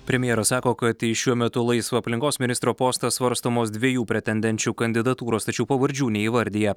premjeras sako kad į šiuo metu laisvą aplinkos ministro postą svarstomos dviejų pretendenčių kandidatūros tačiau pavardžių neįvardija